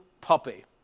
puppy